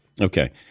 Okay